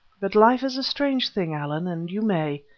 but life is a strange thing, allan, and you may.